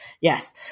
Yes